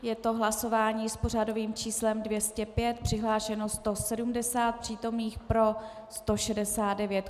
Je to hlasování s pořadovým číslem 205, přihlášeno 170 přítomných, pro 169.